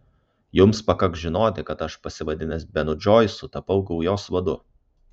jums pakaks žinoti kad aš pasivadinęs benu džoisu tapau gaujos vadu